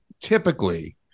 typically